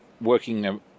working